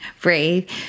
breathe